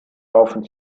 laufen